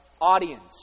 audience